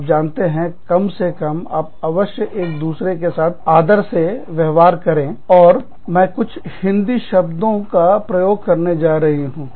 आप जानते हैं कम से कम आप अवश्य एक दूसरे साथ आदर से व्यवहार करें और मैं कुछ हिंदी शब्दों का प्रयोग करने जा रही हूँ